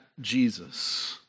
Jesus